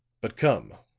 but come,